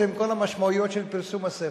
זה עם כל המשמעויות של פרסום הספר.